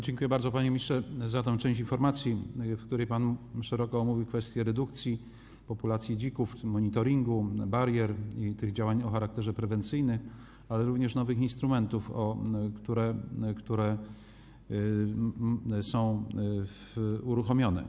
Dziękuję bardzo, panie ministrze, za tę część informacji, w której pan szeroko omówił kwestie redukcji populacji dzików, w tym monitoringu, barier i działań o charakterze prewencyjnym, ale również nowych instrumentów, które są uruchomione.